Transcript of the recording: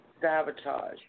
sabotage